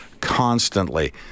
constantly